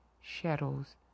shadows